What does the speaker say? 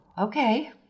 okay